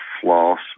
floss